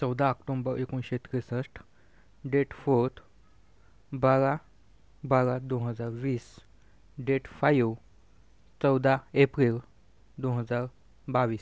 चौदा आक्टोंम्ब एकोणिसशे त्रेसष्ठ डेट फोर्थ बारा बारा दोन हजार वीस डेट फायू चौदा एप्रिल दोन हजार बावीस